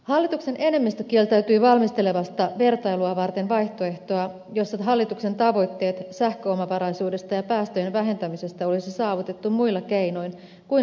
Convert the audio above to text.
hallituksen enemmistö kieltäytyi valmistelemasta vertailua varten vaihtoehtoa jossa hallituksen tavoitteet sähköomavaraisuudesta ja päästöjen vähentämisestä olisi saavutettu muilla keinoin kuin lisäydinvoimaa rakentamalla